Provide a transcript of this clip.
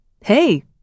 Hey